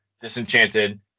Disenchanted